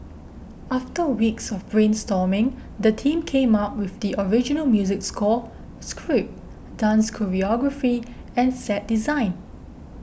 after weeks of brainstorming the team came up with the original music score script dance choreography and set design